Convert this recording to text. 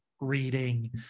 reading